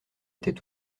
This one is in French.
étaient